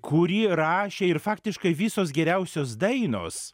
kuri rašė ir faktiškai visos geriausios dainos